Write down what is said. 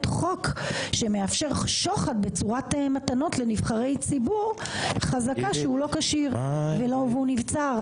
חוק שמאפשר שוחד בצורת מתנות לנבחרי ציבור חזקה שהוא לא כשיר והוא נבצר.